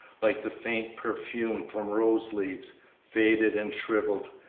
like the faint perfume from rose-leaves, faded and shrivelled,